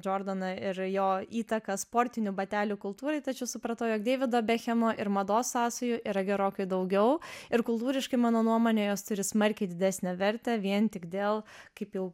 džordaną ir jo įtaką sportinių batelių kultūrai tačiau supratau jog deivido bekhemo ir mados sąsajų yra gerokai daugiau ir kultūriškai mano nuomone jos turi smarkiai didesnę vertę vien tik dėl kaip jau